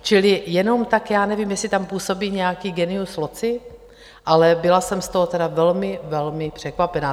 Čili jenom tak, já nevím, jestli tam působí nějaký genius loci, ale byla jsem z toho tedy velmi, velmi překvapená.